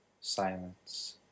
silence